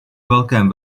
velkém